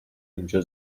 اونجا